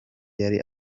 yari